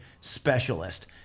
specialist